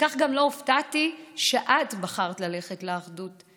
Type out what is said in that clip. וכך גם לא הופתעתי שאת בחרת ללכת לאחדות.